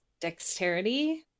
dexterity